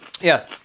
Yes